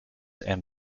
and